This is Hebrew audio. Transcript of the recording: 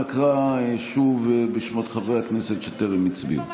אנא קרא שוב בשמות חברי הכנסת שטרם הצביעו.